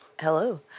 hello